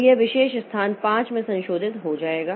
तो यह विशेष स्थान 5 में संशोधित हो जाएगा